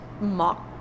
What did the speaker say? mock